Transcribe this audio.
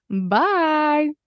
Bye